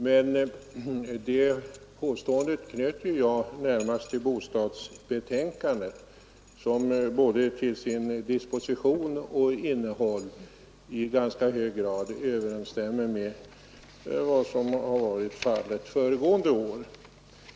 Men det påståendet knöt jag närmast till bostadsbetänkandet, som både till disposition och innehåll i ganska hög grad överensstämmer med föregående års.